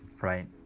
right